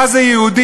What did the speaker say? מה זה יהודי,